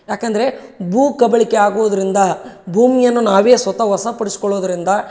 ಯಾಕಂದರೆ ಭೂಕಬಳಿಕೆ ಆಗೋದರಿಂದ ಭೂಮಿಯನ್ನು ನಾವೇ ಸ್ವತಃ ವಶಪಡಿಸ್ಕೊಳೋದ್ರಿಂದ